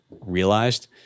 realized